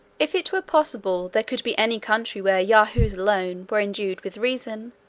if it were possible there could be any country where yahoos alone were endued with reason,